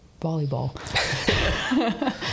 volleyball